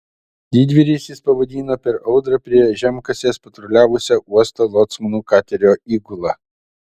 didvyriais jis pavadino per audrą prie žemkasės patruliavusią uosto locmanų katerio įgulą